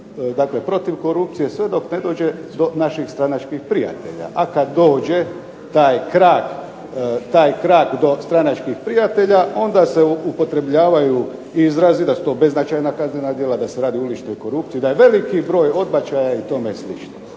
borbu protiv korupcije sve dok ne dođe do naših stranačkih prijatelja, a kad dođe taj krak do stranačkih prijatelja onda se upotrebljavaju izrazi da su to beznačajna kaznena djela, da se radi o uličnoj korupciji, da je veliki broj odbačaja i tome slično.